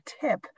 tip